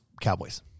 Cowboys